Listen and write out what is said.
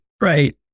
Right